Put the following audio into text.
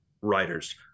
writers